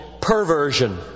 perversion